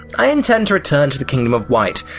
i intend to return to the kingdom of white,